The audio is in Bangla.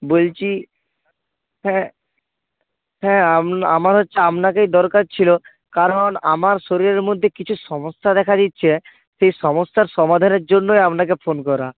বলছি হ্যাঁ হ্যাঁ আমার হচ্ছে আপনাকেই দরকার ছিল কারণ আমার শরীরের মধ্যে কিছু সমস্যা দেখা দিচ্ছে সেই সমস্যার সমাধানের জন্যই আপনাকে ফোন করা